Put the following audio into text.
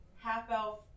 half-elf